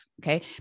okay